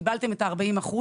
קיבלתם את ה-40%,